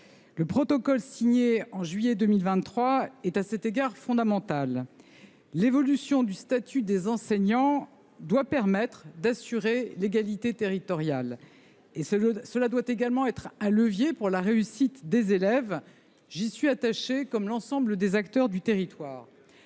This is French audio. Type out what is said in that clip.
Le protocole signé en juillet 2023 est à cet égard fondamental. L’évolution du statut des enseignants doit permettre d’assurer l’égalité territoriale et également être un levier pour la réussite des élèves. Tout comme en métropole ! J’y suis attachée, comme l’ensemble des acteurs du territoire.